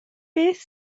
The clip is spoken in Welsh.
beth